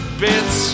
bits